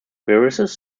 viruses